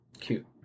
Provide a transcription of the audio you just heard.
Cute